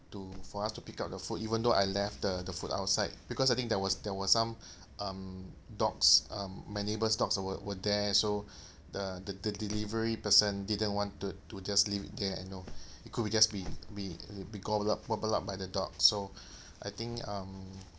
to for us to pick up the food even though I left the the food outside because I think there was there was some um dogs um my neighbour's dogs we~ were there so the the the delivery person didn't want to to just leave it there you know it could be just be be be gobbled up gobble up by the dogs so I think um